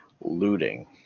looting